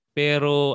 pero